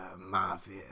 mafia